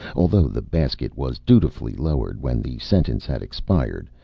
although the basket was dutifully lowered when the sentence had expired,